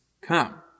come